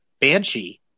Banshee